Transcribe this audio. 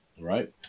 right